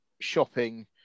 shopping